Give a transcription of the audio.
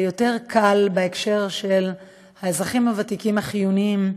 יותר קל בהקשר של האזרחים הוותיקים החיוניים,